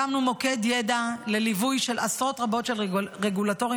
הקמנו מוקד ידע לליווי של עשרות רבות של רגולטורים